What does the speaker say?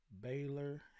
Baylor